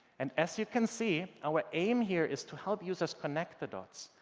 and as you can see, our aim here is to help users connect the dots,